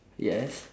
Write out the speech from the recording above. yes